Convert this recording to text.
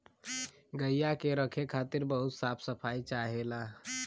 गइया के रखे खातिर बहुत साफ सफाई चाहेला